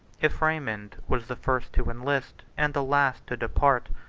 if raymond was the first to enlist and the last to depart,